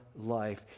life